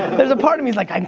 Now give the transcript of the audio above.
there's a part of me is like,